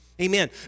Amen